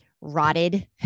rotted